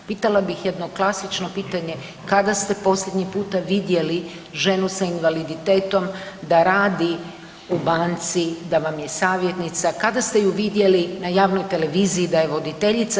Pitala bih jedno klasično pitanje kada ste posljednji puta vidjeli ženu sa invaliditetom da radi u banci, da vam je savjetnica, kada ste ju vidjeli na javnoj televiziji da je voditeljica.